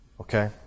Okay